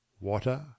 Water